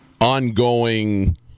ongoing